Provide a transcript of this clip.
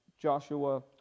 Joshua